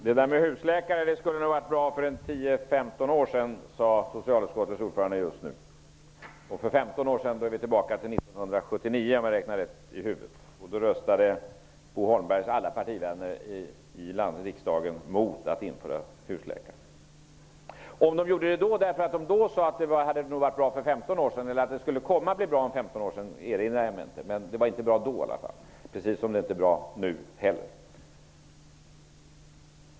Herr talman! Husläkare skulle ha varit bra för 10-- 15 år sedan, sade socialutskottets ordförande just nu. Då är vi tillbaka på 1979, om jag räknat rätt i huvudet. Då röstade Bo Holmbergs alla partivänner i riksdagen mot att införa husläkare. Om de gjorde det därför att de då ansåg att det hade varit bra för 15 år sedan eller att det skulle komma att vara bra om 15 år erinrar mig inte. Men det var i alla fall inte bra då, precis som det inte är bra nu heller.